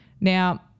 Now